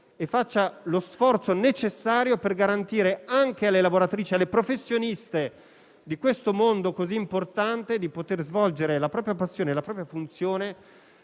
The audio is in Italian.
e facciano lo sforzo necessario per garantire anche alle lavoratrici e alle professioniste di questo mondo così importante di svolgere la propria passione e la propria funzione